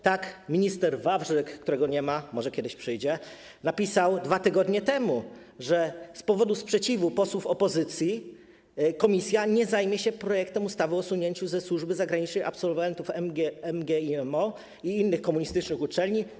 Tak minister Wawrzyk, którego nie ma, może kiedyś przyjdzie, napisał 2 tygodnie temu, że z powodu sprzeciwu posłów opozycji komisja nie zajmie się projektem ustawy o usunięciu ze służby zagranicznych absolwentów MGIMO i innych komunistycznych uczelni.